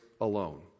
alone